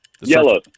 Yellow